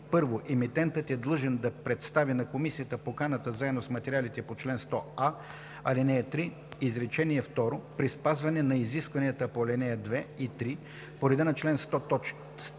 първо емитентът е длъжен да представи на Комисията поканата заедно с материалите по чл. 100а, ал. 3, изречение второ, при спазване на изискванията по ал. 2 и 3, по реда на чл. 100т,